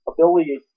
ability